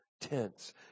Tents